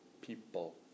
people